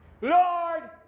Lord